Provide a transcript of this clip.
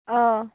آ